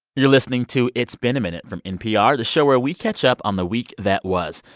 you're listening to it's been a minute from npr, the show where we catch up on the week that was.